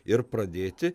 ir pradėti